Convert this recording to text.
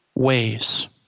ways